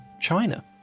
China